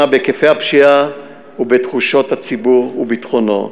בהיקפי הפשיעה ובתחושות הציבור וביטחונו.